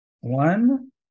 one